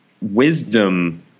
wisdom